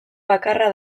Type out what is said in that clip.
bakarra